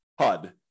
HUD